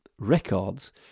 records